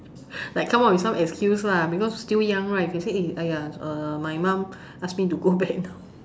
like come up with some excuse lah because still young right can say eh my mum ask me to go back now